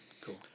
cool